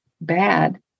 bad